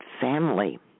family